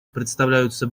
представляются